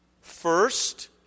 First